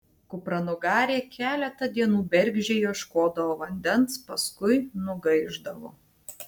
kupranugarė keletą dienų bergždžiai ieškodavo vandens paskui nugaišdavo